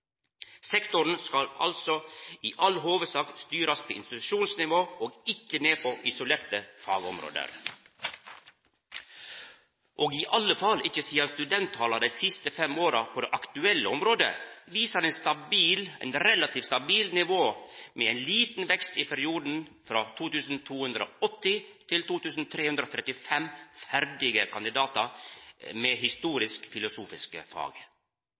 Sektoren skal altså i all hovudsak styrast på institusjonsnivå og ikkje ned på isolerte fagområde – og i alle fall ikkje sidan studenttala dei siste fem åra på det aktuelle området viser eit relativt stabilt nivå med ein liten vekst i perioden, frå 2 280 til 2 335 ferdige kandidatar med historisk-filosofiske fag.